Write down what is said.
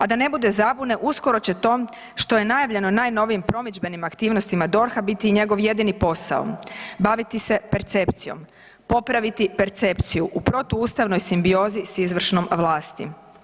A da ne bude zabune uskoro će to što je najavljeno najnovijim promidžbenim aktivnostima DORH-a biti i njegov jedini posao, baviti se percepcijom, popraviti percepciju u protuustavnoj simbiozi s izvršnom vlasti.